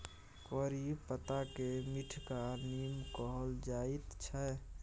करी पत्ताकेँ मीठका नीम कहल जाइत छै